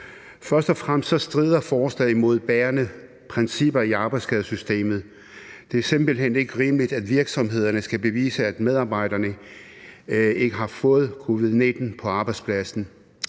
Først og fremmest strider forslaget imod bærende principper i arbejdsskadesystemet. Det er simpelt hen ikke rimeligt, at virksomhederne skal bevise, at medarbejderne ikke har fået covid-19 på arbejdspladsen.